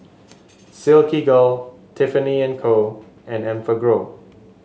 Silkygirl Tiffany And Co and Enfagrow